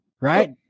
right